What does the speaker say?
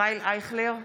ישראל אייכלר,